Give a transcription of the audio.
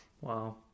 wow